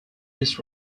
this